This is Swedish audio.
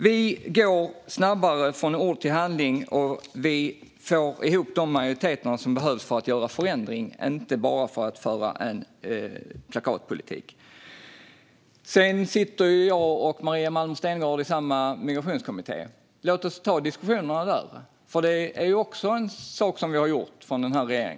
Vi går snabbare från ord till handling och får ihop de majoriteter som behövs för att skapa förändring, inte bara för att föra plakatpolitik. Jag och Maria Malmer Stenergard sitter i samma migrationskommitté. Låt oss ta diskussionerna där! Det är ju också en sak som denna regering har gjort.